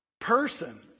person